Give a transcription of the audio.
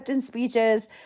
speeches